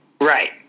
Right